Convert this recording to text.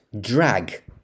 drag